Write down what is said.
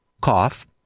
cough